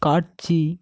காட்சி